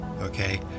okay